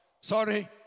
Sorry